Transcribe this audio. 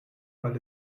weil